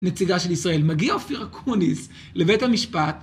נציגה של ישראל מגיעה אופירה קוניס לבית המשפט.